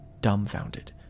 dumbfounded